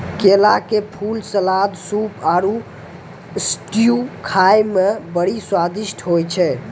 केला के फूल, सलाद, सूप आरु स्ट्यू खाए मे बड़ी स्वादिष्ट होय छै